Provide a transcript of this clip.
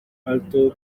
alto